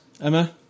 Emma